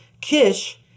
Kish